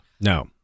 No